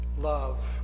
love